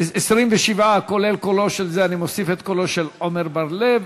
28 כולל קולו של חבר הכנסת עמר בר-לב,